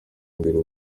imbere